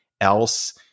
else